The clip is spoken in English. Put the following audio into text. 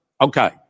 Okay